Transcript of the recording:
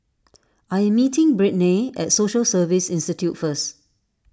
I am meeting Brittnay at Social Service Institute first